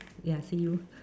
ya see you